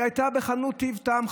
שהיא הייתה בחנות טיב טעם,